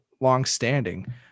longstanding